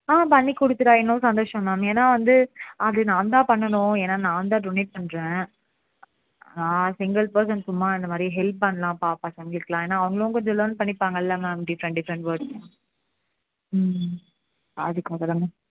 ஆ பண்ணி கொடுத்துட்டா இன்னும் சந்தோஷம் மேம் ஏன்னால் வந்து அது நான் தான் பண்ணணும் ஏன்னால் நான் தான் டொனேட் பண்ணுறேன் நான் சிங்கிள் பர்சன் சும்மா இந்த மாதிரி ஹெல்ப் பண்ணலாம்பா பசங்களுக்கெலாம் ஏன்னால் அவங்களும் கொஞ்சம் லேர்ன் பண்ணிப்பார்கள்ல மேம் டிஃப்ரெண்ட் டிஃப்ரெண்ட் வேர்ட்ஸ் ம் அதுக்காக தான் மேம்